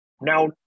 now